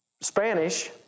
Spanish